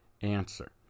answer